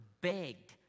begged